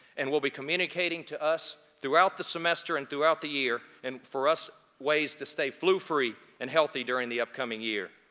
and will be communicating to us throughout the semester and throughout the year and for us ways to stay flu-free and healthy during the upcoming year.